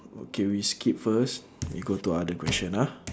okay we skip first we go to other question ah